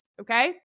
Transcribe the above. Okay